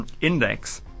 index